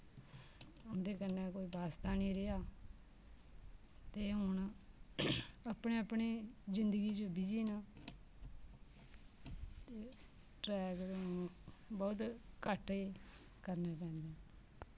उंदे कन्नै कोई बास्ता निं रेहा ते हून अपनी अपनी जिंदगी च बिजी न ते ट्रैक ते हून बौह्त घट्ट ही करने पैंदे